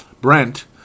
Brent